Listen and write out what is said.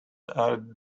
are